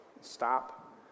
stop